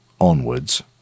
onwards